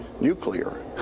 nuclear